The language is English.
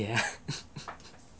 ya